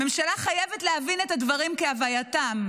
הממשלה חייבת להבין את הדברים כהווייתם.